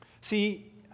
See